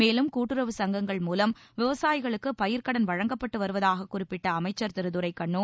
மேலும் கூட்டுறவு சங்கங்கள் மூலம் விவசாயிகளுக்கு பயிர்க்கடன் வழங்கப்பட்டு வருவதாக குறிப்பிட்ட அமைச்சர் திரு துரைக்கண்ணு